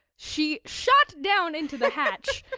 she shot down into the hatch.